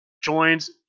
joins